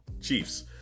Chiefs